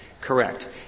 Correct